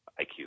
IQ